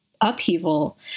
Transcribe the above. upheaval